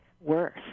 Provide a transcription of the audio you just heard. worse